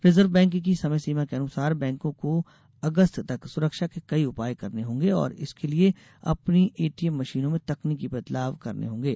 reserve Bank की समय सीमा के अनुसार बैंकों को अगस्ता तक सुरक्षा के कई उपाय करने होंगे और इसके लिए अपनी एटीएम मशीनों में तकनीकी बदलाव करने होंगे